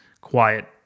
quiet